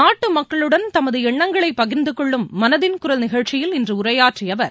நாட்டு மக்களுடன் தமது எண்ணங்களை பகிர்ந்தகொள்ளும் மனதின் குரல் நிகழ்ச்சியில் இன்று உரையாற்றிய அவர்